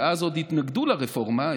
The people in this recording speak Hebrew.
שאז עוד התנגדו לרפורמה,